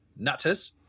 nutters